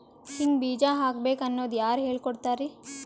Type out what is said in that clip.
ಹಿಂಗ್ ಬೀಜ ಹಾಕ್ಬೇಕು ಅನ್ನೋದು ಯಾರ್ ಹೇಳ್ಕೊಡ್ತಾರಿ?